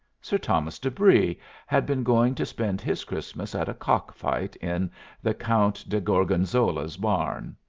sir thomas de brie had been going to spend his christmas at a cock-fight in the count de gorgonzola's barn.